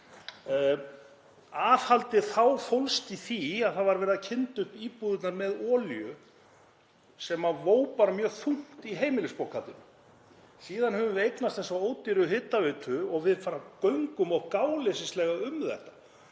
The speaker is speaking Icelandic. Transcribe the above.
Aðhaldið þá fólst í því að það var verið að kynda upp íbúðirnar með olíu sem vó bara mjög þungt í heimilisbókhaldinu. Síðan höfum við eignast þessa ódýru hitaveitu og við göngum bara of gáleysislegan um þetta.